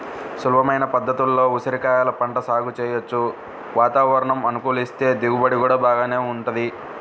సులభమైన పద్ధతుల్లో ఉసిరికాయల పంట సాగు చెయ్యొచ్చు, వాతావరణం అనుకూలిస్తే దిగుబడి గూడా బాగానే వుంటది